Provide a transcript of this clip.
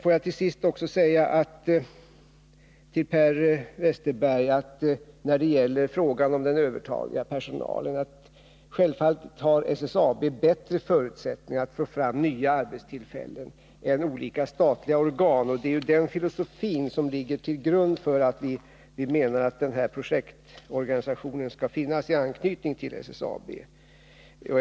Får jag till sist också säga till Per Westerberg när det gäller den övertaliga personalen att SSAB självfallet har bättre förutsättningar att få fram nya arbetstillfällen än olika statliga organ. Det är den filosofin som ligger till grund för vår mening att denna projektorganisation skall finnas i anknytning till SSAB.